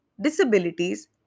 disabilities